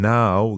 now